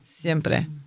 siempre